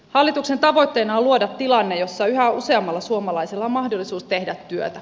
hallituksen tavoitteena on luoda tilanne jossa yhä useammalla suomalaisella on mahdollisuus tehdä työtä